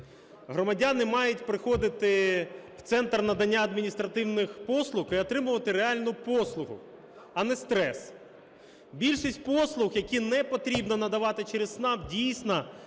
Громадяни мають приходити в центр надання адміністративних послуг і отримувати реальну послугу, а не стрес. Більшість послуг, які не потрібно надавати через ЦНАП, дійсно,